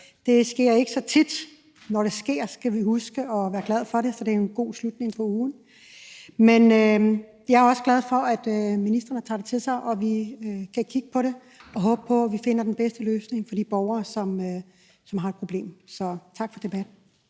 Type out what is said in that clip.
Det sker ikke så tit, og når det sker, skal vi huske at være glade for det, for det er jo en god afslutning på ugen. Men jeg er også glad for, at de to ministre tager det til sig, og at vi kan kigge på det og håbe på, at vi finder den bedste løsning for de borgere, som jo har et problem. Så tak for debatten.